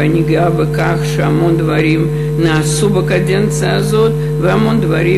ואני גאה בכך שהמון דברים נעשו בקדנציה הזאת והמון דברים